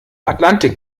atlantik